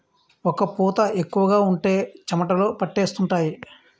ఒక్క పూత ఎక్కువగా ఉంటే చెమటలు పట్టేస్తుంటాయి